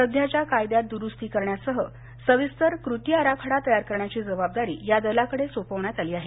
सध्याच्या कायद्यात दुरुस्ती करण्यासह सविस्तर कृती आराखडा तयार करण्याची जबाबदारी या दलाकडे सोपवण्यात आली आहे